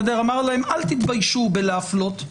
אמר להם: אל תתביישו להפלות.